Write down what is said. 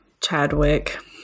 chadwick